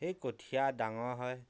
সেই কঠীয়া ডাঙৰ হয়